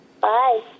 Bye